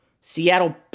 Seattle